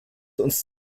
uns